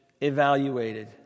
evaluated